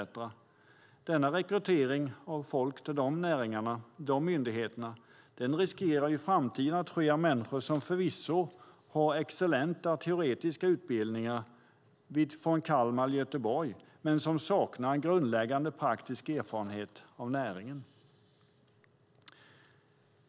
Risken finns att rekryteringen av folk till nämnda näringar och myndigheter i framtiden görs av människor som förvisso har excellenta teoretiska utbildningar från Kalmar och Göteborg men saknar grundläggande praktisk erfarenhet av näringen.